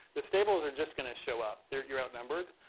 the stables are just going to show up, they're, you're outnumbered.